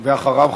אחריו,